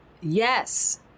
Yes